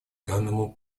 данному